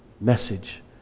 message